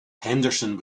henderson